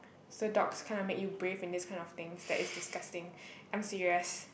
so dogs kind of make you brave in this kind of thing that is disgusting I'm serious